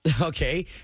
Okay